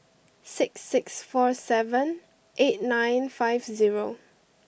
six six four seven eight nine five zero